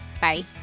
Bye